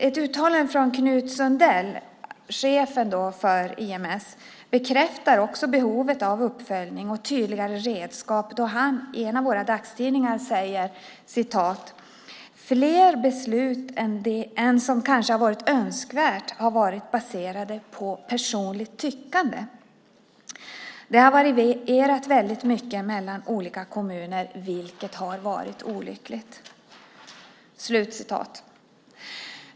Ett uttalande från Knut Sundell, chef för IMS, bekräftar också behovet av uppföljning och tydligare redskap då han i en av våra dagstidningar säger att fler beslut än som kanske hade varit önskvärt har varit baserade på personligt tyckande. Det har varierat mycket mellan olika kommuner, vilket har varit olyckligt.